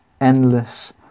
endless